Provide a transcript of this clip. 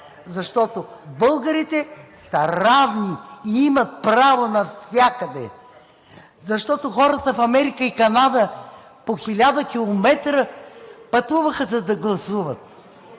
защото българите са равни и имат право навсякъде, защото хората в Америка и Канада по хиляда километра пътуваха, за да гласуват.